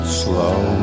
slow